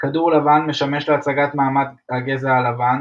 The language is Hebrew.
כדור לבן - משמש להצגת מעמד הגזע הלבן.